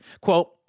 Quote